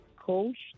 coach